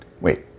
wait